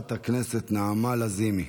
חברת הכנסת נעמה לזימי.